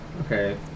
Okay